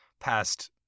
past